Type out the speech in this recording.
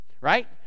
right